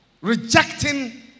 Rejecting